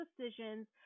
decisions